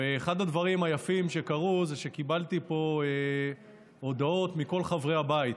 ואחד הדברים היפים שקרו זה שקיבלתי פה הודעות מכל חברי הבית.